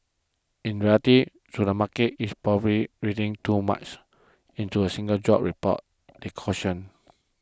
in reality though the market is probably reading too much into a single jobs report they cautioned